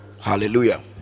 Hallelujah